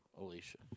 Alicia